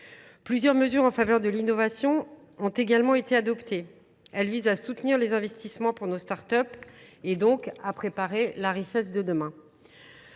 Plusieurs mesures en faveur de l'innovation ont également été adoptées. Elles visent à soutenir les investissements pour nos startups et donc à préparer la richesse de demain.